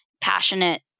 passionate